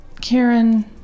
Karen